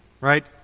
right